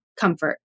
comfort